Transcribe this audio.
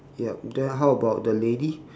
yup then how about the lady